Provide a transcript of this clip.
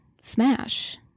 smash